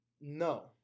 No